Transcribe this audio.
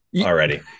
already